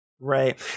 Right